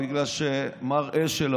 בגלל שמר אשל,